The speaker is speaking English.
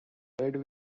red